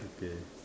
okay